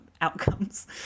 outcomes